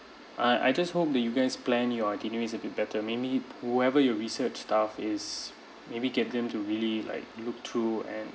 I I just hope that you guys plan your itineraries a bit better maybe whoever you research staff is maybe get them to really like look through and